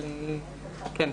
אבל כן.